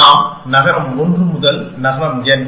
நாம் நகரம் 1 முதல் நகரம் N